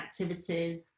activities